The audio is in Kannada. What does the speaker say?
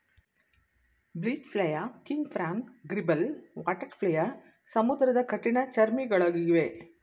beach flea, king prawn, gribble, water flea ಸಮುದ್ರದ ಕಠಿಣ ಚರ್ಮಿಗಳಗಿವೆ